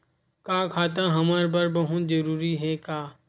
का खाता हमर बर बहुत जरूरी हे का?